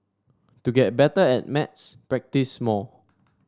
to get better at maths practise more